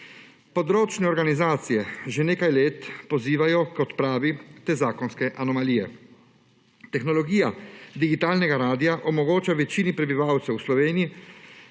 Področne organizacije že nekaj let pozivajo k odpravi te zakonske anomalije. Tehnologija digitalnega radia omogoča večini prebivalcev v Sloveniji